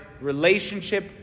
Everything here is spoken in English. relationship